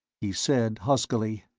he said huskily,